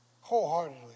wholeheartedly